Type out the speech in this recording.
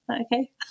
okay